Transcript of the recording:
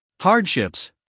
hardships